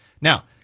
Now